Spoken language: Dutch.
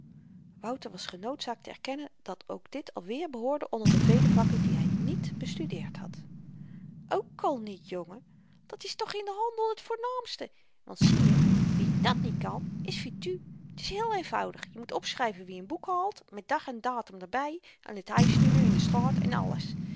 wouter was genoodzaakt te erkennen dat ook dit alweer behoorde onder de vele vakken die hy niet bestudeerd had ook al niet jongen dat's toch in den handel t voornaamste want zieje wie dàt niet kan is fittu t is heel eenvoudig je moet opschryven wie n boek haalt met dag en datum er by en t huisnummer en de straat en alles